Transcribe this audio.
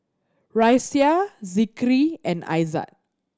Raisya Zikri and Aizat